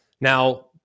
Now